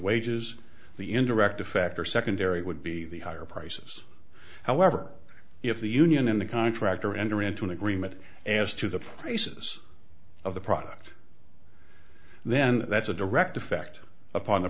wages the indirect effect or secondary would be the higher prices however if the union and the contractor enter into an agreement as to the prices of the product then that's a direct effect upon the